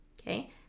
Okay